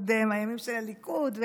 עוד מהימים של הליכוד.